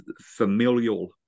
familial